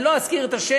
אני לא אזכיר את השם,